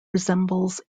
resembles